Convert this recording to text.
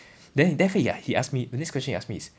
then then after that ya he ask me the next question he ask me is